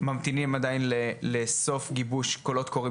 ממתינים עדיין לסוף גיבוש קולות קוראים